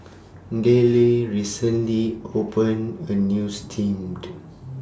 Delle recently opened A New Steamed